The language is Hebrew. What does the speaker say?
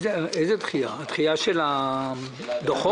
הדחייה של הדוחות?